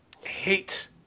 hate